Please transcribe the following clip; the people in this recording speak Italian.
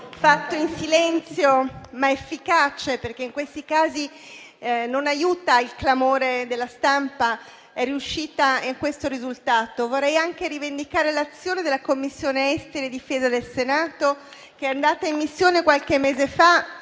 svolto in silenzio ma con efficacia - perché in casi del genere non aiuta il clamore della stampa - è riuscita in questo risultato. Vorrei anche rivendicare l'azione della Commissione esteri e difesa del Senato, che è andata in missione in Egitto qualche mese fa.